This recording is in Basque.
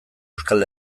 euskal